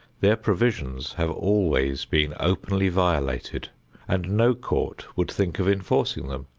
their provisions have always been openly violated and no court would think of enforcing them,